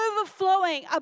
overflowing